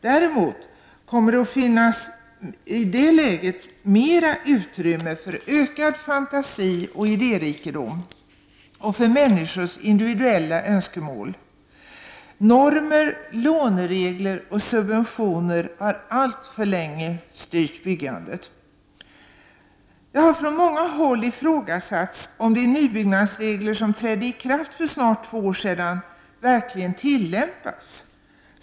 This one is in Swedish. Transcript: Däremot kommer det i det läget att finnas mera utrymme för ökad fantasi och idérikedom samt för människors individuella önskemål. Normer, låneregler och subventioner har alltför länge styrt byggandet. Det har från många håll ifrågasatts om de nybyggnadsregler som trädde i kraft för snart två år sedan verkligen tillämpats.